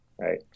right